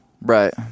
Right